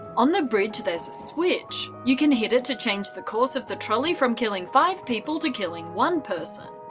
on the bridge there's a switch you can hit it to change the course of the trolley from killing five people to killing one person.